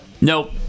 Nope